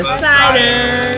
cider